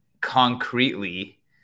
concretely